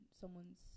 someone's